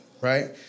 Right